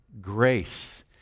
grace